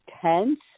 tense